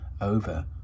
over